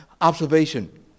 Observation